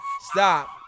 Stop